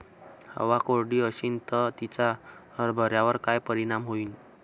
हवा कोरडी अशीन त तिचा हरभऱ्यावर काय परिणाम होईन?